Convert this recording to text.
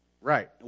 Right